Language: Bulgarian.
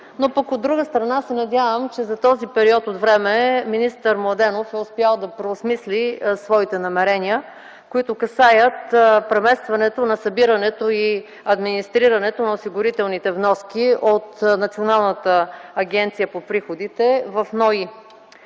но пък от друга страна се надявам, че за този период от време министър Младенов е успял да преосмисли своите намерения, които касаят преместването на събирането и администрирането на осигурителните вноски от Националната агенция по приходите в